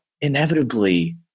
inevitably